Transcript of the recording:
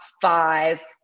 five